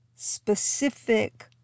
specific